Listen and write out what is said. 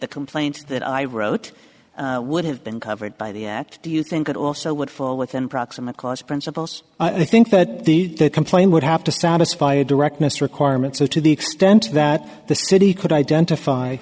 the complaint that i wrote would have been covered by the act do you think it also would fall within proximate cause principles i think that the complaint would have to satisfy a directness requirement so to the extent that the city could identify